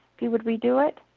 you would redo it?